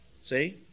see